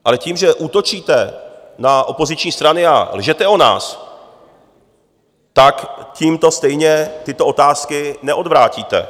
Ale tím, že útočíte na opoziční strany a lžete o nás, tak tímto stejně tyto otázky neodvrátíte.